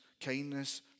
kindness